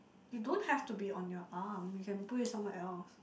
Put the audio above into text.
you don't have to be on your arm you can put it somewhere else